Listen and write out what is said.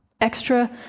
extra